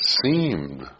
seemed